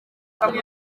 amwe